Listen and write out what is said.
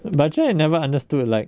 but actually I never understood like